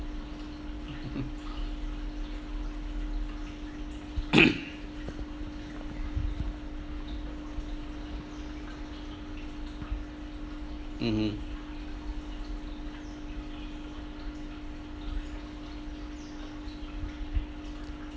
mmhmm